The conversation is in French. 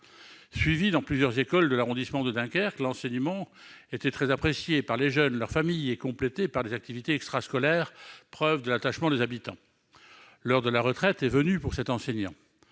Suivi dans plusieurs écoles de l'arrondissement de Dunkerque, cet enseignement était très apprécié des jeunes et de leurs familles et complété par des activités extrascolaires, preuve de l'intérêt de la population. L'heure de la retraite est venue pour l'enseignant